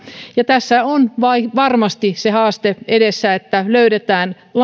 ja tässä on edessä varmasti se haaste että löydetään